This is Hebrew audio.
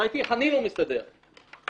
מילה אחת על זכות הביטול.